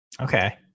Okay